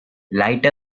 light